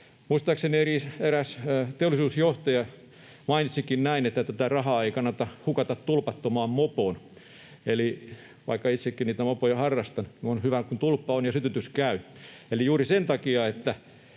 Muistaakseni eräs teollisuusjohtaja mainitsikin näin, että tätä rahaa ei kannata hukata tulpattomaan mopoon, eli kun itsekin mopoja harrastan, niin on hyvä, kun tulppa on ja sytytys käy. Eli juuri sen takia